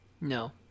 No